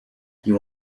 you